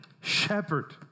shepherd